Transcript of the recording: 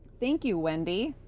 thank you, wendy.